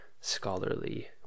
scholarly